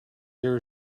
there